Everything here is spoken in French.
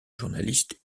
journalistes